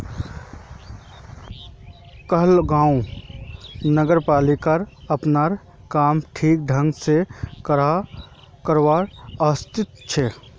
कहलगांव नगरपालिका अपनार काम ठीक ढंग स करवात असमर्थ छ